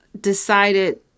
decided